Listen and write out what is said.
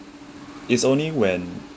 it's only when